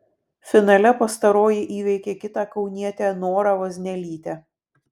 finale pastaroji įveikė kitą kaunietę norą vaznelytę